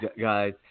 guys